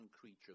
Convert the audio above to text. creature